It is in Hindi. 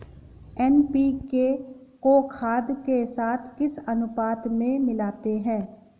एन.पी.के को खाद के साथ किस अनुपात में मिलाते हैं?